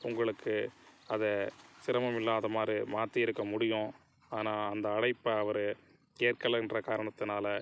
உங்களுக்கு அதை சிரமமில்லாத மாதிரி மாற்றிருக்க முடியும் ஆனால் அந்த அழைப்பை அவரு ஏற்கலைன்ற காரணத்துனால்